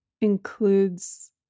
includes